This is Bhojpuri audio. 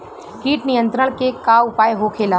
कीट नियंत्रण के का उपाय होखेला?